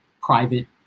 private